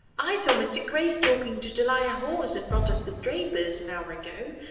i saw mr. graves talking to delia hawes in front of the draper's an hour ago,